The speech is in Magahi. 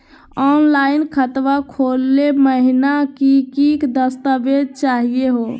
ऑनलाइन खाता खोलै महिना की की दस्तावेज चाहीयो हो?